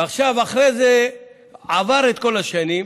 ועכשיו, עברו כל השנים,